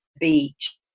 beach